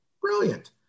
Brilliant